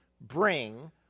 bring